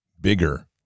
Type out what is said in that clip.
bigger